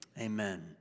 amen